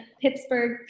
Pittsburgh